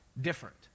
different